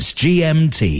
gmt